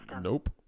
Nope